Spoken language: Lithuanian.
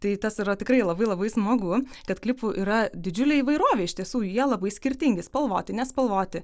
tai tas yra tikrai labai labai smagu kad klipų yra didžiulė įvairovė iš tiesų jie labai skirtingi spalvoti nespalvoti